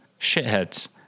Shitheads